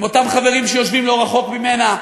מאותם חברים שיושבים לא רחוק ממנה,